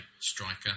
striker